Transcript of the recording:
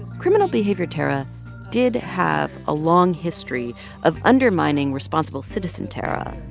criminal-behavior tarra did have a long history of undermining responsible-citizen tarra.